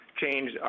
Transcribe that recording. change